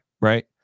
right